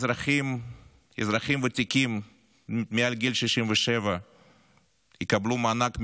אזרחים ותיקים מעל גיל 67 יקבלו מענק מיוחד,